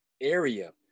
area